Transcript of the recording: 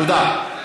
תודה.